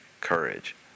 courage